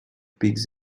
pigs